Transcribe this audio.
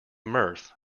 mirth